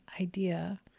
idea